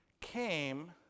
came